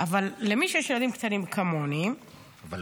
אבל למי שיש ילדים קטנים, כמוני, ילדה.